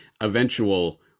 eventual